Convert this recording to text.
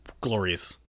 glorious